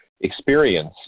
experience